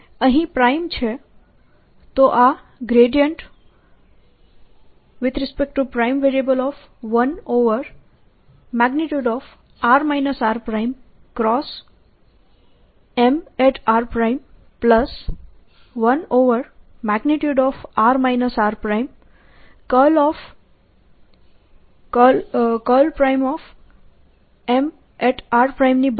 અહીં પ્રાઇમ છે તો આ 1|r r|Mr1|r r|×Mr ની બરાબર હોવું જોઈએ